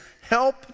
help